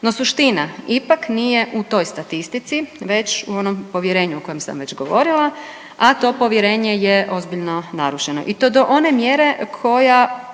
No, suština ipak nije u toj statistici već u onom povjerenju o kojem sam već govorila, a to povjerenje je ozbiljno narušeno i to do one mjere koja